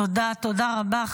תודה רבה.